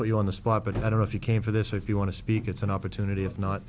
put you on the spot but i don't know if you came for this or if you want to speak it's an opportunity if not